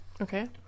Okay